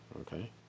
okay